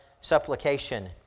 supplication